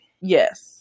Yes